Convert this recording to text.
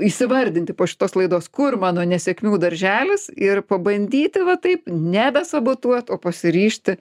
įsivardinti po šitos laidos kur mano nesėkmių darželis ir pabandyti va taip nebesabotuot o pasiryžti